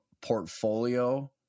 portfolio